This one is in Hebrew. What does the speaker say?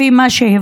לפי מה שהבנו,